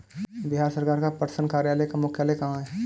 बिहार सरकार का पटसन कार्यालय का मुख्यालय कहाँ है?